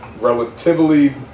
relatively